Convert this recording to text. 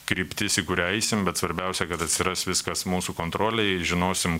kryptys į kurią eisim bet svarbiausia kad atsiras viskas mūsų kontrolėj žinosim